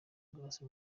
grace